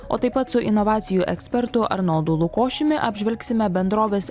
o taip pat su inovacijų ekspertu arnoldu lukošiumi apžvelgsime bendrovės